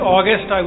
August